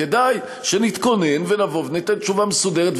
כדאי שנתכונן ונבוא וניתן תשובה מסודרת.